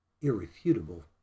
irrefutable